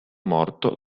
morto